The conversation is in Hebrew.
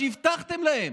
שהבטחתם להם,